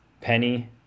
Penny